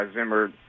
Zimmer